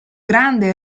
grande